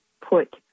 put